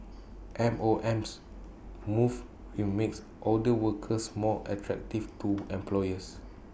M O M's moves will makes older workers more attractive to employers